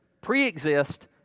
pre-exist